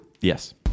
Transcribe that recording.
Yes